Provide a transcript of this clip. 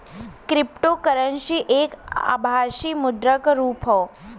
cryptocurrency एक आभासी मुद्रा क रुप हौ